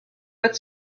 but